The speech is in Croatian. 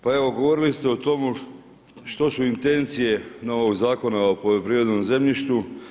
Pa evo govorili ste o tomu što su intencije novog Zakona o poljoprivrednom zemljištu.